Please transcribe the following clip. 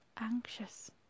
anxious